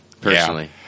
personally